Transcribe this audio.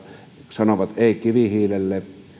sanovat ei kivihiilelle